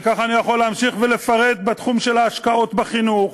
וככה אני יכול להמשיך ולפרט בתחום של ההשקעות בחינוך,